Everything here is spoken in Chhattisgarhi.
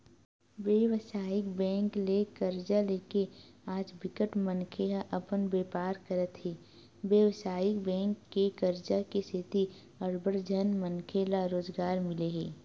बेवसायिक बेंक ले करजा लेके आज बिकट मनखे ह अपन बेपार करत हे बेवसायिक बेंक के करजा के सेती अड़बड़ झन मनखे ल रोजगार मिले हे